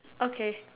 okay